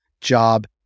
job